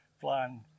flying